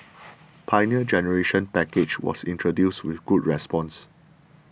Pioneer Generation Package was introduced with good response